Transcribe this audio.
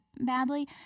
badly